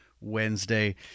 Wednesday